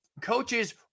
coaches